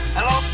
Hello